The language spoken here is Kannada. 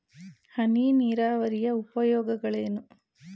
ಹನಿ ನೀರಾವರಿಯ ಉಪಯೋಗಗಳೇನು?